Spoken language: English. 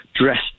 dressed